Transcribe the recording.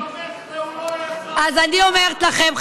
ב-2015 הוא לא היה שר אוצר אז אני אומרת לכם,